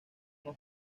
nos